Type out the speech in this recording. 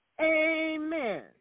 Amen